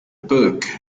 book